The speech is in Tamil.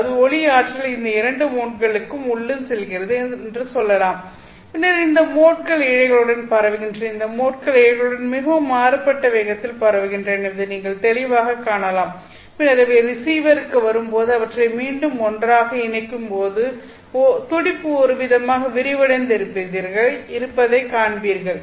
அதாவது ஒளி ஆற்றல் இந்த இரண்டு மோட்களுக்கு உள்ளும் செல்கிறது என்று சொல்லலாம் பின்னர் இந்த மோட்கள் இழைகளுடன் பரவுகின்றன இந்த மோட்கள் இழைகளுடன் மிகவும் மாறுபட்ட வேகத்தில் பரவுகின்றன என்பதை நீங்கள் தெளிவாகக் காணலாம் பின்னர் அவை ரிசீவருக்கு வரும்போது அவற்றை மீண்டும் ஒன்றாக இணைக்கும்போது துடிப்பு ஒருவிதமாக விரிவடைந்து இருப்பதை காண்பீர்கள்